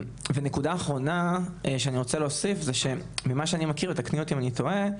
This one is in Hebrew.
נקודה אחרונה שאני רוצה להוסיף ממה שאני מכיר ותתקני אותי אם אני טועה,